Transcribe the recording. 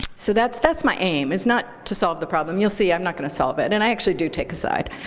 so that's that's my aim, is not to solve the problem. you'll see i'm not going to solve it. and i actually do take a side.